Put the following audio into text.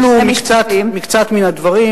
אלו מקצת מן הדברים,